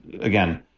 again